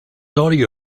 saudi